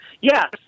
Yes